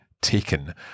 taken